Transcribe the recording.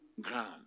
ground